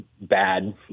bad